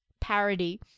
parody